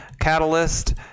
Catalyst